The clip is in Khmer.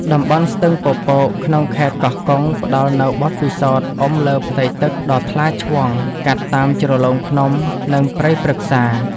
តំបន់ស្ទឹងពពកក្នុងខេត្តកោះកុង ផ្ដល់នូវបទពិសោធន៍អុំលើផ្ទៃទឹកដ៏ថ្លាឆ្វង់កាត់តាមជ្រលងភ្នំ និងព្រៃព្រឹក្សា។